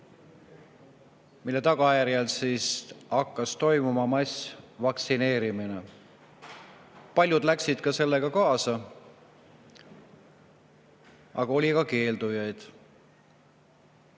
mille tagajärjel hakkas toimuma massvaktsineerimine. Paljud läksid sellega kaasa, aga oli ka keeldujaid.